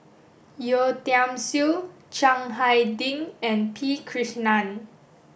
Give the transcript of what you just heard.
Yeo Tiam Siew Chiang Hai Ding and P Krishnan